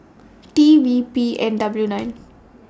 T V P N W nine